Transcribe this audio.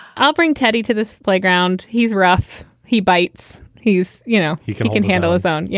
i'll bring teddy to this playground. he's rough. he bites. he's you know, he can can handle his own. yeah.